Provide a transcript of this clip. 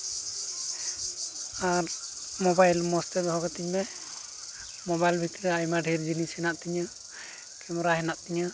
ᱟᱨ mobile ᱢᱚᱡᱽ ᱛᱮ ᱫᱚᱦᱚ ᱠᱟᱹᱛᱤᱧ ᱢᱮ ᱢᱳᱵᱟᱭᱤᱞ ᱵᱷᱤᱛᱨᱤ ᱨᱮ ᱟᱭᱢᱟ ᱰᱷᱮᱨ ᱡᱤᱱᱤᱥ ᱦᱮᱱᱟᱜ ᱛᱤᱧᱟᱹ ᱠᱮᱢᱮᱨᱟ ᱦᱮᱱᱟᱜ ᱛᱤᱧᱟᱹ